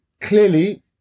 Clearly